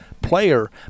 player